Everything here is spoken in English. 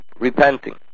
repenting